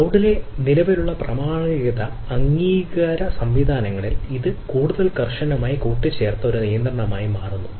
ക്ലൌഡിലെ നിലവിലുള്ള പ്രാമാണീകരണ അംഗീകാര സംവിധാനങ്ങളിൽ ഇത് കൂടുതൽ കർശനമായി കൂട്ടിച്ചേർത്ത കാര്യ നിയന്ത്രണമായി മാറുന്നു